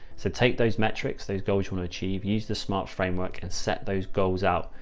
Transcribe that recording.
so take those metrics, those goals you wanna achieve, use the smart framework and set those goals out,